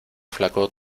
flaco